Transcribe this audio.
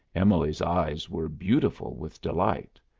emily's eyes were beautiful with delight.